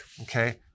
okay